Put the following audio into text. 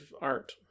art